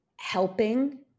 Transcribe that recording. helping